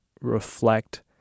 reflect